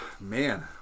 Man